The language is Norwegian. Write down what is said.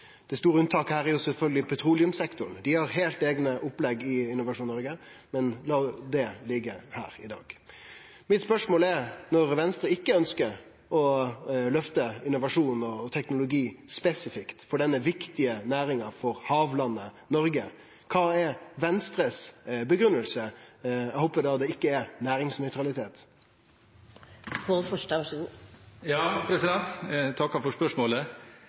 Det store unntaket her er sjølvsagt petroleumssektoren – dei har heilt eigne opplegg i Innovasjon Noreg. Men la det liggje i dag. Spørsmålet mitt er: Når Venstre ikkje ønskjer å løfte innovasjonar og teknologi spesifikt for denne viktige næringa for havlandet Noreg, kva er Venstre si grunngjeving? Eg håpar det ikkje er næringsnøytralitet. Jeg takker for spørsmålet.